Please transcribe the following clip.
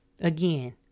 Again